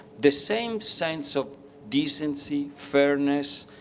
the same sense of decency, fairness,